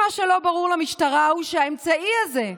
מה שלא ברור למשטרה הוא שהאמצעי הזה,